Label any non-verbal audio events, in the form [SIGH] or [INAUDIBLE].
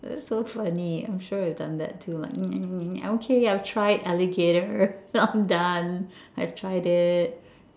that's so funny I'm sure I've done that too like [NOISE] ah okay I've tried alligator [LAUGHS] I'm done I've tried it